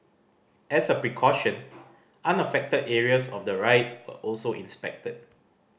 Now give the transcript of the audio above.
as a precaution unaffected areas of the ride were also inspected